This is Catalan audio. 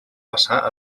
passar